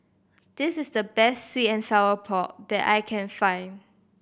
this is the best sweet and sour pork that I can find